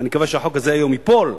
ואני מקווה שהחוק הזה היום ייפול.